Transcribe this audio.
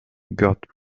got